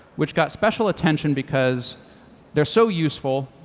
which got special attention because they're so useful,